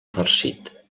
farcit